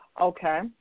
Okay